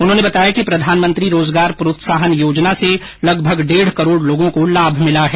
उन्होंने बताया कि प्रधानमंत्री रोजगार प्रोत्साहन योजना से लगभग डेढ़ करोड़ लोगों को लाभ मिला है